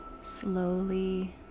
slowly